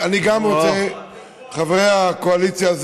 חברי הקואליציה,